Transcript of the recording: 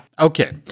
Okay